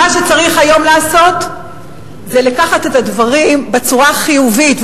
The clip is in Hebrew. מה שצריך היום לעשות הוא לקחת את הדברים בצורה החיובית,